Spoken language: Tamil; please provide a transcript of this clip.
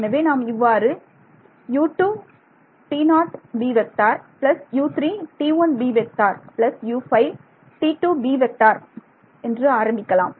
எனவே நாம் இவ்வாறு ஆரம்பிக்கலாம்